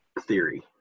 theory